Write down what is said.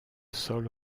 sol